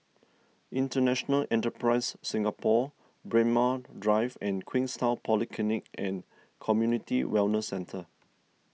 International Enterprise Singapore Braemar Drive and Queenstown Polyclinic and Community Wellness Centre